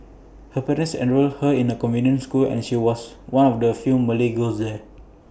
her parents enrolled her in A convent school and she was one of the few Malay girls there